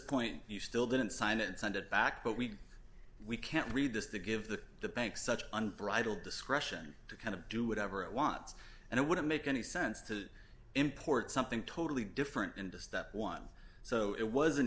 point you still didn't sign it and send it back but we we can't read this to give the bank such unbridled discretion to kind of do whatever it wants and it wouldn't make any sense to import something totally different into step one so it was an